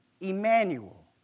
Emmanuel